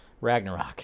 Ragnarok